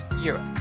Europe